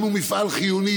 אנחנו מפעל חיוני,